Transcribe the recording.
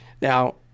Now